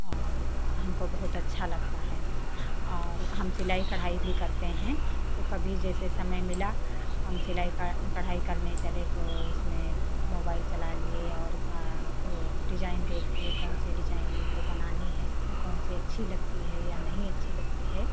और हमको बहुत अच्छा लगता है और हम सिलाई कढ़ाई भी करते हैं तो कभी जैसे समय मिला हम सिलाई क कढ़ाई करने चले तो उसमें मोबाइल चला लिए और वो डिज़ाइन देख लिए कौन सी डिज़ाइन हमको बनानी है कौन सी अच्छी लगती है या नहीं अच्छी लगती है